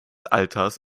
alters